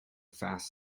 fast